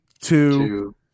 two